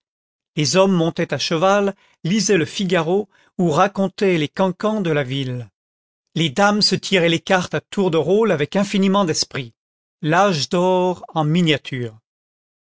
les hommes montaient à cheval lisaient le figaro ou racontaient les cancans de la ville les dames se tiraient les cartes à tour de rôle avec infiniment d'esprit l'âge d'or en miniature